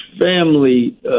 family